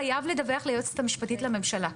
חייב לדווח ליועצת המשפטית לממשלה.